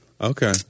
Okay